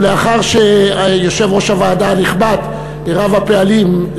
ולאחר שיושב-ראש הוועדה הנכבד רב הפעלים,